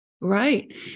Right